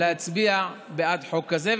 להצביע בעד חוק כזה.